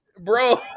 bro